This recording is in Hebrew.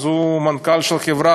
הוא מנכ"ל של חברה,